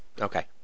Okay